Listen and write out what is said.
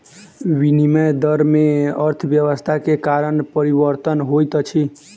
विनिमय दर में अर्थव्यवस्था के कारण परिवर्तन होइत अछि